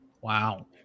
Wow